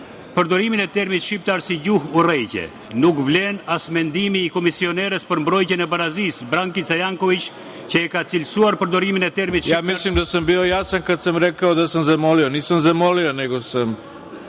Mislim da sam bio jasan kada sam rekao da sam zamolio, nisam zamolio nego sam